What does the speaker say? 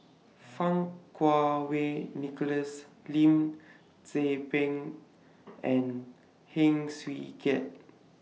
Fang Kuo Wei Nicholas Lim Tze Peng and Heng Swee Keat